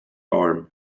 arm